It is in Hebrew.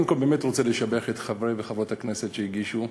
רוצה לשבח את חברי וחברות הכנסת שהגישו,